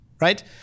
right